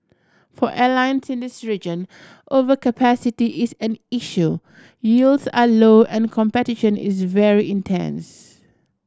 for airlines in this region overcapacity is an issue yields are low and competition is very intense